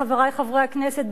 חברי חברי הכנסת,